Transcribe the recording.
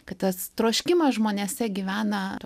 kad tas troškimas žmonėse gyvena